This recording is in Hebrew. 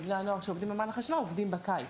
מבני הנוער שעובדים במהלך השנה עובדים גם בקיץ.